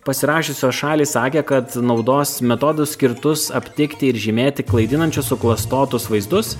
pasirašiusios šalys sakė kad naudos metodus skirtus aptikti ir žymėti klaidinančius suklastotus vaizdus